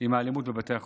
עם האלימות בבתי החולים.